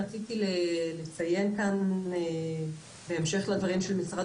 רציתי לציין כאן בהמשך לדברים של משרד